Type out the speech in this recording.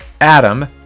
adam